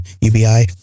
UBI